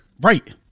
right